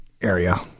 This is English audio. area